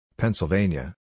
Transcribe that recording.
Pennsylvania